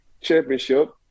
Championship